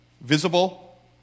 visible